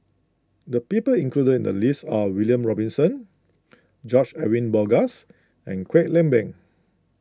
the people included in the list are William Robinson George Edwin Bogaars and Kwek Leng Beng